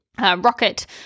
Rocket